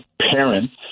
parents